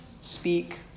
Speak